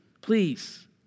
Please